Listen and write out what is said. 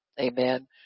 Amen